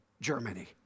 Germany